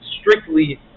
strictly